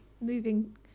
moving